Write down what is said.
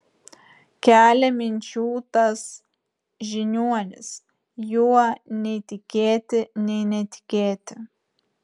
kelia minčių tas žiniuonis juo nei tikėti nei netikėti